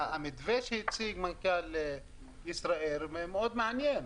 המתווה שהציג מנכ"ל ישראייר מאוד מעניין.